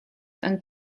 and